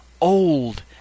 old